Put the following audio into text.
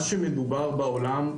מה שמדובר בעולם,